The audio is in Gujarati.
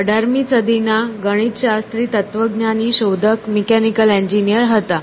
તે 18મી સદી ના ગણિતશાસ્ત્રી તત્ત્વજ્ઞાની શોધક મિકેનિકલ એન્જિનિયર હતા